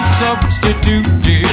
substitute